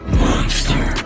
monster